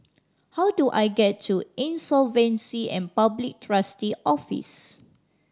how do I get to Insolvency and Public Trustee's Office